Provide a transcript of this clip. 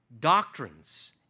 doctrines